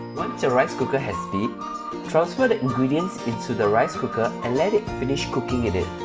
the rice cooker has beeped transfer the ingredients into the rice cooker and let it finish cooking in it